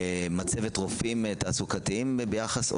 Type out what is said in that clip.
מצבת רופאים תעסוקתיים ביחס?